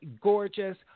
gorgeous